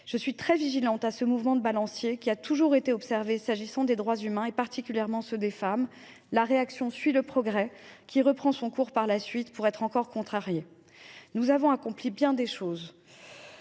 Je suis très attentive à ce mouvement de balancier, qui a toujours été observé en matière de droits humains, en particulier de droits des femmes : la réaction suit le progrès, qui reprend son cours par la suite, pour être encore de nouveau contrarié. Nous avons accompli bien des choses